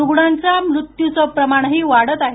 रूग्णाचं मृत्यूचं प्रमाणही वाढत आहे